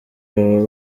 baba